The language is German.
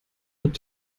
mit